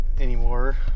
anymore